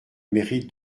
mérite